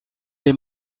est